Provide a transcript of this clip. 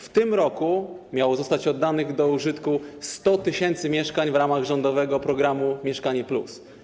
W tym roku miało zostać oddanych do użytku 100 tys. mieszkań w ramach rządowego programu „Mieszkanie+”